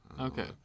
Okay